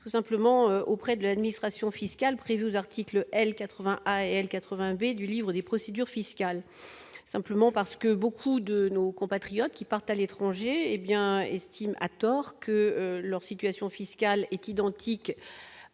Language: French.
tout simplement auprès de l'administration fiscale prévues aux articles L. 80 elle 88 du livre des procédures fiscales, simplement parce que beaucoup de nos compatriotes qui partent à l'étranger et bien estiment à tort que leur situation fiscale est identique